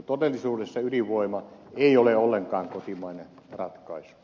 todellisuudessa ydinvoima ei ole ollenkaan kotimainen ratkaisu